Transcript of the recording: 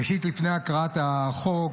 ראשית, לפני הקראת החוק,